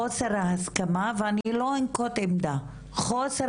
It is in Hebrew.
חוסר ההסכמה - ואני לא אנקוט עמדה - חוסר